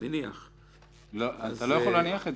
--- אתה לא יכול להניח,